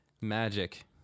Magic